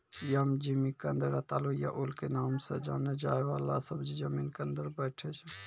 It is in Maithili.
यम, जिमिकंद, रतालू या ओल के नाम सॅ जाने जाय वाला सब्जी जमीन के अंदर बैठै छै